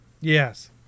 Yes